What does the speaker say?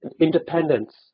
independence